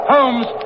Holmes